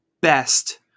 best